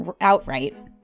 outright